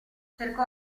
cercò